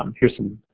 um here's some